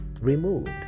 removed